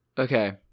Okay